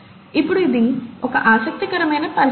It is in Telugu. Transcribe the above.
ఇప్పుడు ఇది ఒక ఆసక్తికరమైన పరిశీలన